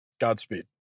Godspeed